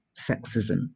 sexism